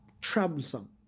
troublesome